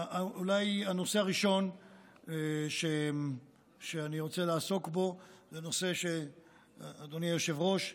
אולי הנושא הראשון שאני רוצה לעסוק בו זה נושא שאדוני היושב-ראש,